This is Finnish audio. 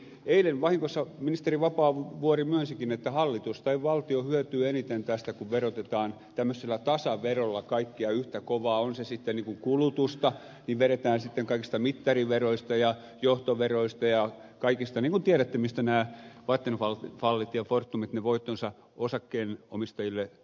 eilen vahingossa ministeri vapaavuori myönsikin että hallitus tai valtio hyötyy eniten tästä kun verotetaan tämmöisellä tasaverolla kaikkia yhtä kovaa on se sitten kulutusta tai vedetään kaikkia mittariveroja ja johtoveroja ja kaikkia eli tiedätte mistä nämä vattenfallit ja fortumit ne voittonsa osakkeenomistajilleen kantavat